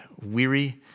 weary